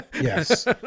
Yes